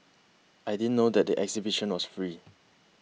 I didn't know that the exhibition was free